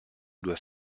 due